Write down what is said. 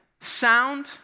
sound